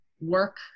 work